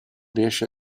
riesce